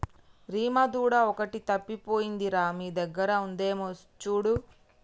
రీమా దూడ ఒకటి తప్పిపోయింది రా మీ దగ్గర ఉందేమో చూడు